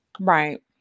right